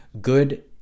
good